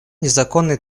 незаконной